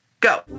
Go